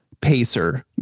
PACER